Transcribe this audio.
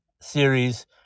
series